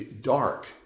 Dark